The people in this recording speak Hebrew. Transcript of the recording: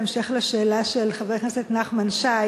בהמשך לשאלה של חבר הכנסת נחמן שי